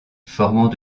formant